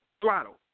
throttle